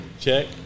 check